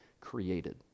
created